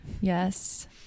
Yes